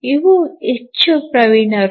ಇವು ಹೆಚ್ಚು ಪ್ರವೀಣರು